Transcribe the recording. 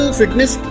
fitness